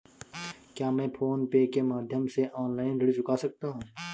क्या मैं PhonePe के माध्यम से ऑनलाइन ऋण चुका सकता हूँ?